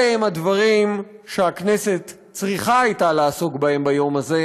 אלה הם הדברים שהכנסת הייתה צריכה לעסוק בהם ביום הזה,